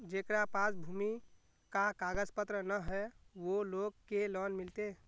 जेकरा पास भूमि का कागज पत्र न है वो लोग के लोन मिलते?